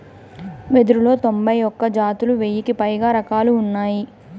వెదురులో తొంభై ఒక్క జాతులు, వెయ్యికి పైగా రకాలు ఉన్నాయి